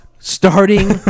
Starting